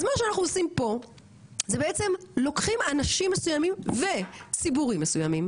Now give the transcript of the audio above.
אז מה שאנחנו עושים פה זה בעצם לוקחים אנשים מסוימים וסיפורים מסוימים